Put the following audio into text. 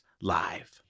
Live